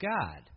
God